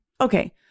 Okay